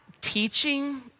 teaching